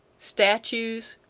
statues,